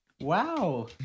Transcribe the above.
Wow